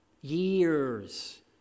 Years